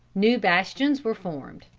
new bastions were formed,